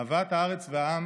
אהבת הארץ והעם